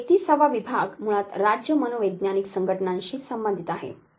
31 वा विभाग मुळात राज्य मनोवैज्ञानिक संघटनांशी संबंधित आहे